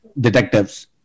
detectives